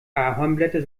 ahornblätter